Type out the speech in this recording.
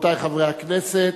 רבותי חברי הכנסת,